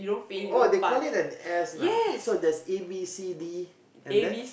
oh they call it an S now so there's A B C D and then